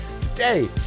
Today